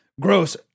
gross